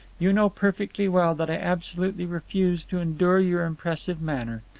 you know perfectly well that i absolutely refuse to endure your impressive manner.